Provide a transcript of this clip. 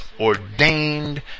ordained